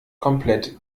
komplett